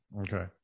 okay